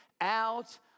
out